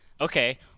Okay